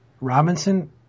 robinson